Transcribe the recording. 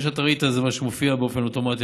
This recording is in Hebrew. מה שאתה ראית זה מה שמופיע באופן אוטומטי,